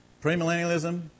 pre-millennialism